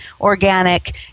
organic